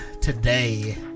today